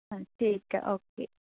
ਹਾ ਠੀਕ ਹੈ ਓਕੇ